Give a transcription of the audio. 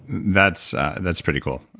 that's that's pretty cool.